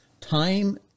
time